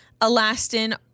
elastin